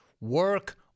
work